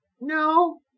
No